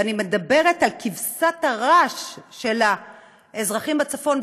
ואני מדברת על כבשת הרש של האזרחים בצפון,